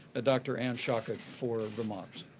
dr. ann shocket, for remarks.